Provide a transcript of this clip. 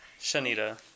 Shanita